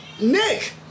Nick